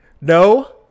No